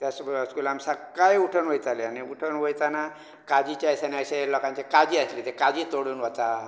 त्या सगल्या स्कुलाक आमीं सक्काळीं उठोन वयताले उठोन वयताना काजीचे दिसांनी अशें लोकांचे काजी आशिल्ले ते काजी तोडून वचाप